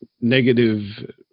negative